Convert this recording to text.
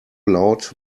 laut